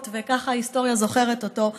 וככה ההיסטוריה זוכרת אותו: